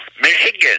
Michigan